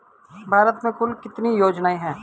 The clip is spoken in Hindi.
भारत में कुल कितनी योजनाएं हैं?